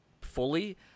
fully